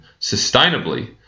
sustainably